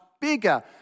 bigger